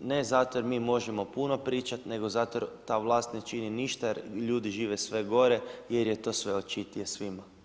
ne zato jer mi možemo puno pričat nego zato jer ta vlast ne čini ništa jer ljudi žive sve gore, jer je to sve očitije svima.